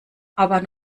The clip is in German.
aber